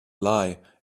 lie